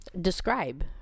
describe